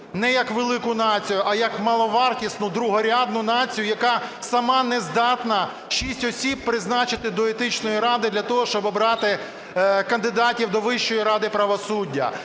не як велику націю, а як маловартісну другорядну націю, яка сама не здатна шість осіб призначити до Етичної ради для того, щоб обрати кандидатів до Вищої ради правосуддя.